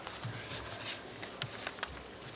Hvala,